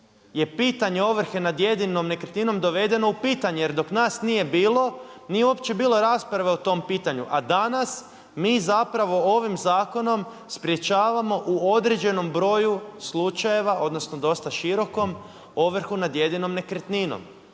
je pitanje ovrhe nad jedinom nekretninom dovedeno u pitanje jer dok nas nije bilo nije uopće bilo rasprave o tom pitanju. A danas mi ovim zakonom sprečavamo u određenom broju slučajeva odnosno dosta širokom ovrhu nad jedinom nekretninom.